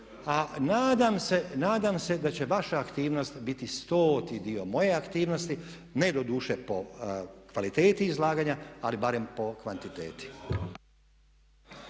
a nadam se da će vaša aktivnost biti stoti dio moje aktivnosti ne doduše po kvaliteti izlaganja ali barem po kvantiteti.